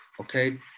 okay